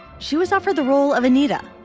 she was offered the role of anita,